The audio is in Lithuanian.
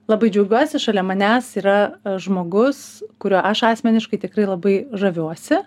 labai džiaugiuosi šalia manęs yra žmogus kuriuo aš asmeniškai tikrai labai žaviuosi